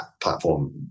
platform